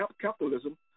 capitalism